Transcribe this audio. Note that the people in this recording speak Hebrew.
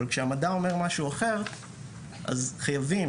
אבל כשהמדע אומר משהו אחר אז חייבים